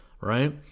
right